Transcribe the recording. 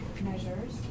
measures